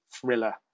thriller